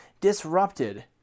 disrupted